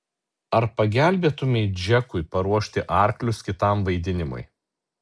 ar pagelbėtumei džekui paruošti arklius kitam vaidinimui